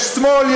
יש שמאל,